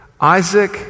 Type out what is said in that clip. Isaac